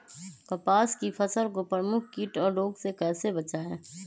कपास की फसल को प्रमुख कीट और रोग से कैसे बचाएं?